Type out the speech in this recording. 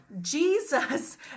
Jesus